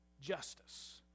justice